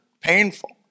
painful